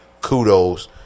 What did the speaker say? kudos